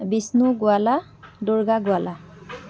Bishnu Gowala Durga Gowala